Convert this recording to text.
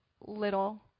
little